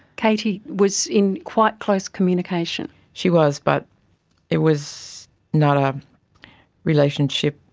katie was in quite close communication. she was, but it was not a relationship,